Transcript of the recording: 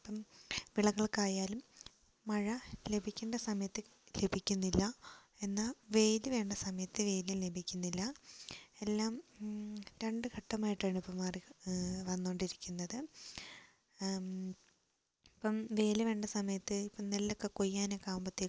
ഇപ്പം വിളകൾക്കായാലും മഴ ലഭിക്കേണ്ട സമയത്ത് ലഭിക്കുന്നില്ല എന്നാൽ വെയിൽ വേണ്ട സമയത്ത് വെയിലും ലഭിക്കുന്നില്ല എല്ലാം രണ്ട് ഘട്ടമായിട്ടാണ് ഇപ്പം മാറി വന്നുകൊണ്ടിരിക്കുന്നത് ഇപ്പം വെയിൽ വേണ്ട സമയത്ത് ഇപ്പം നെല്ലൊക്കെ കൊയ്യാനൊക്കെ ആകുമ്പോഴേക്കും